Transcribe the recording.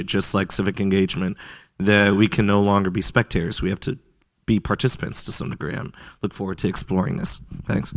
it just like civic engagement that we can no longer be spectators we have to be participants to some degree and look forward to exploring this thanks